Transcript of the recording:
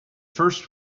first